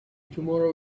tomorrow